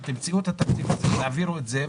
שסוף סוף תמצאו את התקציב ותעבירו אותו.